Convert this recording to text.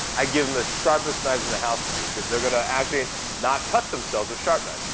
i give them the sharpest knives in the house to use, because they're going to actually not cut themselves with sharp knives.